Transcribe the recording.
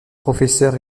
professeur